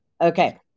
Okay